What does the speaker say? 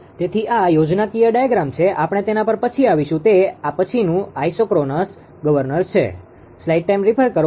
તેથી આ યોજનાકીય ડાયાગ્રામ છે આપણે તેના પર પછી આવીશું તે પછીનું આઇસોક્રોનસ ગવર્નર છે